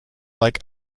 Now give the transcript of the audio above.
like